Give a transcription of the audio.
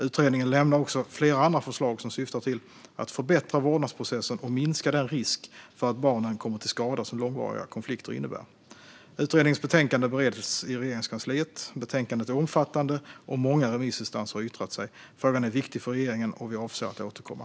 Utredningen lämnar också flera andra förslag som syftar till att förbättra vårdnadsprocessen och minska den risk för att barnet kommer till skada som långvariga konflikter innebär. Utredningens betänkande bereds i Regeringskansliet. Betänkandet är omfattande, och många remissinstanser har yttrat sig. Frågan är viktig för regeringen, och vi avser att återkomma.